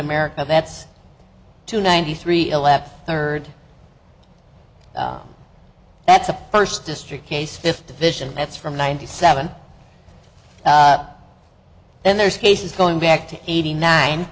america that's two ninety three elapsed third that's a first district case fifth division that's from ninety seven and there's cases going back to eighty nine